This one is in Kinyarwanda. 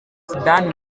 soudan